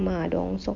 ma dong seok